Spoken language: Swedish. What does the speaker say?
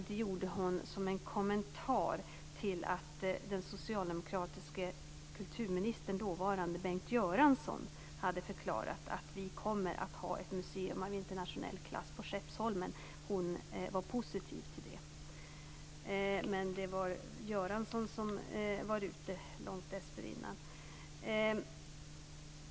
Det sade hon som en kommentar till att den dåvarande, socialdemokratiske kulturministern Bengt Göransson hade förklarat att vi kommer att ha ett museum av internationell klass på Skeppsholmen. Ingrid Sundberg var positiv till det, men Bengt Göransson var alltså ute långt dessförinnan.